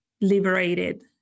liberated